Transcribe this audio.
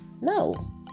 No